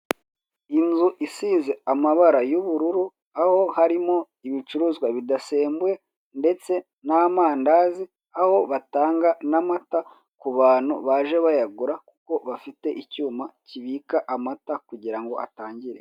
Inzu isize amabara y'ubururu, aho harimo ibicuruzwa bidasenmbuwe ndetse n'amandazi, aho batanga n'amata kubantu baje bayagura kuko bafite icyuma kibika amata kugirango atangirika.